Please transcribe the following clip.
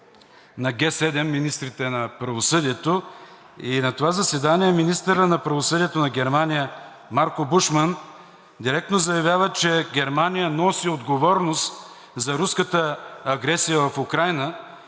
на Г-7 – министрите на правосъдието. На това заседание министърът на правосъдието на Германия – Марко Бушман, директно заявява, че Германия носи отговорност за руската агресия в Украйна